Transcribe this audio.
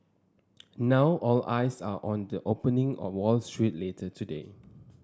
now all eyes are on the opening on Wall Street later today